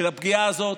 של הפגיעה הזאת,